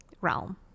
realm